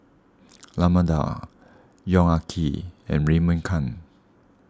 Raman Daud Yong Ah Kee and Raymond Kang